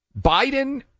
Biden